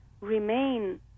remain